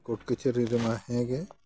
court ᱠᱟᱹᱪᱷᱟᱹᱨᱤ ᱨᱮᱢᱟ ᱦᱮᱸᱜᱮ